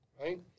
Right